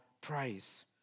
praise